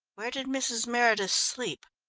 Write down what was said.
where did mrs. meredith sleep?